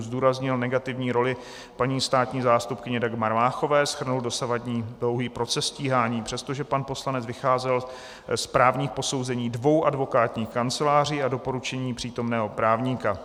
Zdůraznil negativní roli paní státní zástupkyně Dagmar Máchové, shrnul dosavadní dlouhý proces stíhání, přestože pan poslanec vycházel z právních posouzení dvou advokátních kanceláří a doporučení přítomného právníka.